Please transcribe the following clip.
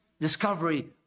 discovery